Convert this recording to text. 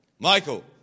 Michael